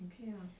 okay ah